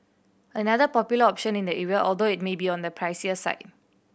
another popular option in the area although it may be on the pricier side